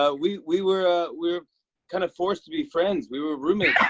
ah we we were ah were kind of forced to be friends. we were roommates